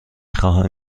خواهم